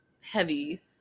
heavy